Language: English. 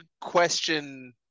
question